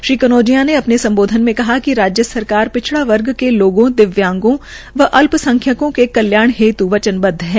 श्री कनौजिया ने अपने सम्बोधन मे कहा कि राज्य सरकार पिछड़ा वर्ग के लोगों दविव्यांगों व अल्प संख्यकों के कल्याण हेत् वचनबदव है